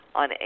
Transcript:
on